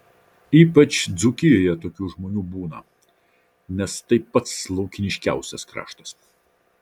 ypač dzūkijoje tokių žmonių būna nes tai pats laukiniškiausias kraštas